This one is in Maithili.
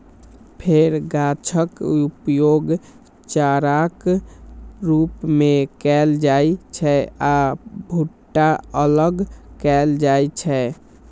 फेर गाछक उपयोग चाराक रूप मे कैल जाइ छै आ भुट्टा अलग कैल जाइ छै